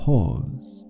Pause